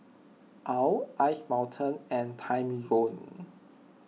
Owl Ice Mountain and Timezone